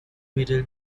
middle